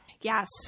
Yes